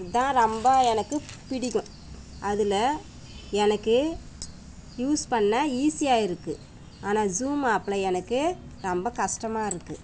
தான் ரொம்ப எனக்கு பிடிக்கும் அதில் எனக்கு யூஸ் பண்ண ஈஸியாக இருக்குது ஆனால் ஸூம் ஆப்பில் எனக்கு ரொம்ப கஷ்டமாக இருக்குது